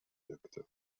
wirkte